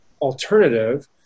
alternative